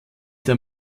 der